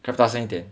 clap 大声一点